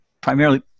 primarily